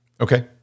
okay